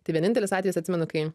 tai vienintelis atvejis atsimenu kai